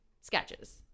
sketches